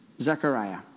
Zechariah